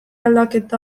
aldaketa